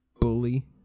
Bully